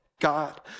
God